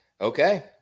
Okay